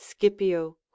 Scipio